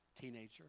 teenager